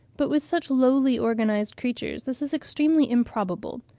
but with such lowly-organised creatures this is extremely improbable.